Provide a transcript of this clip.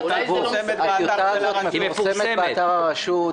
היא מפורסמת באתר הרשות,